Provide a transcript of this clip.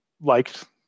liked